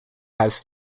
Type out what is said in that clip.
has